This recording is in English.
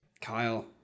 Kyle